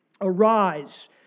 Arise